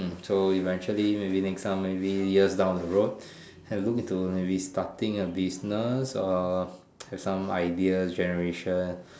hmm so eventually maybe next time maybe years down the road I look to maybe starting a business or have some ideas generation